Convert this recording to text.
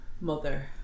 mother